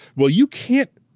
well you can't,